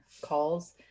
calls